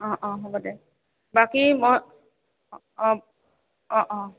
অঁ অঁ হ'ব দে বাকী মই অঁ অঁ অঁ